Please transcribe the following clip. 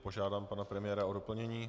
Požádám pana premiéra o doplnění.